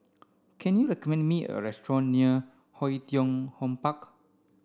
can you recommend me a restaurant near Oei Tiong Ham Park